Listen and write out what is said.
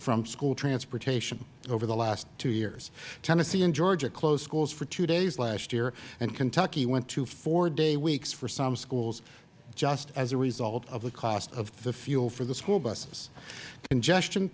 from school transportation over the last two years tennessee and georgia closed schools for two days last year and kentucky went to four day weeks for some schools just as a result of the cost of the fuel for the school buses congestion